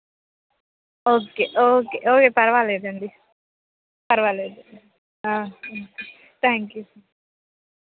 okay okay ఓ పర్వాలేదండి పర్వాలేదు థ్యాంక్ యూ